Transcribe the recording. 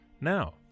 Now